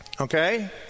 Okay